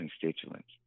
constituents